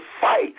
fight